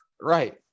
Right